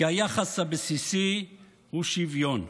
כי היחס הבסיסי הוא שוויון,